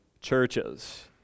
churches